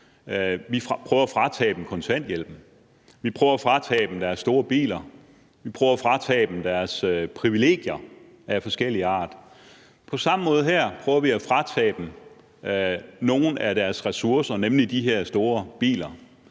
Vi prøver at fratage dem kontanthjælpen. Vi prøver at fratage dem deres store biler. Vi prøver at fratage dem deres privilegier af forskellig art. På samme måde prøver vi her at fratage dem nogle af deres ressourcer, nemlig de her store biler.